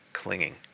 clinging